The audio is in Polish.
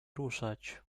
ruszać